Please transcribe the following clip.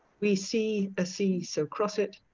we see a sea so cross it.